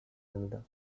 another